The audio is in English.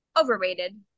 overrated